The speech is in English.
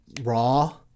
raw